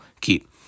keep